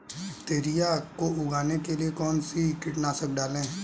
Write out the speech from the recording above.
तोरियां को उगाने के लिये कौन सी कीटनाशक डालें?